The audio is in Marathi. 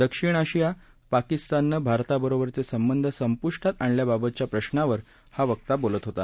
दक्षिण आशिया आणि पाकिस्तानंनं भारताबरोबरचे संबंध संप्ष्टात आणल्याबाबतच्या प्रश्नावर हा प्रवक्ता बोलत होता